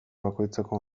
bakoitzeko